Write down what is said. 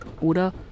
oder